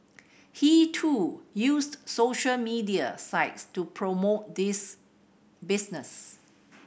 he too used social media sites to promote this business